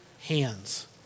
hands